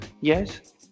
Yes